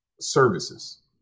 services